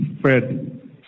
Fred